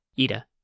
Ida